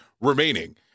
remaining